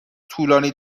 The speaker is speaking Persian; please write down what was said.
طولانی